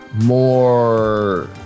more